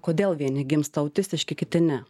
kodėl vieni gimsta autistiški kiti ne